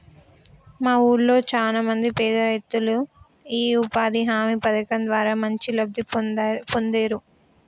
మా వూళ్ళో చానా మంది పేదరైతులు యీ ఉపాధి హామీ పథకం ద్వారా మంచి లబ్ధి పొందేరు